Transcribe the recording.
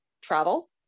travel